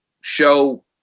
show